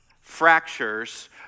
fractures